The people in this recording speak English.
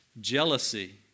jealousy